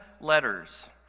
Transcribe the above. letters